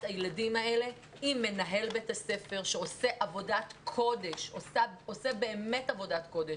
הילדים האלה עם מנהל בית הספר שעושה באמת עבודת קודש.